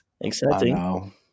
exciting